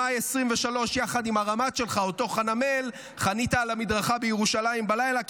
במאי 2023 חנית על המדרכה בירושלים בלילה יחד עם הרמ"ט שלך,